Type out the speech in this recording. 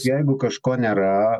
jeigu kažko nėra